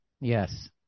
Yes